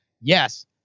Yes